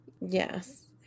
Yes